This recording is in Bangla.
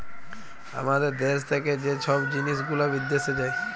আমাদের দ্যাশ থ্যাকে যে ছব জিলিস গুলা বিদ্যাশে যায়